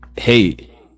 hey